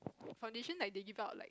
foundation like they give up